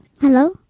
Hello